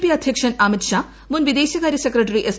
P അധ്യക്ഷൻ അമിത് ഷാ മുൻവിദേശകാര്യ secretary S